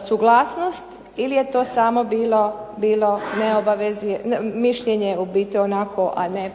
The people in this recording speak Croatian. suglasnost ili je to samo bilo mišljenje u biti onako, a ne